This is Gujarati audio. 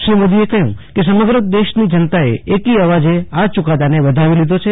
શ્રી મોદીએ કહ્યું કે સમગ્ર દેશની જનતાએ એકી અવાજે આ યુકાદાને વધાવી લીધો છે